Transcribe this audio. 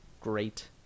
great